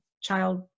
child